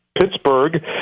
Pittsburgh